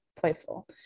playful